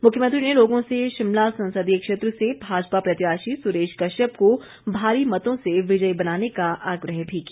मुख्यमंत्री ने लोगों से शिमला संसदीय क्षेत्र से भाजपा प्रत्याशी सुरेश कश्यप को भारी मतों से विजयी बनाने का आग्रह भी किया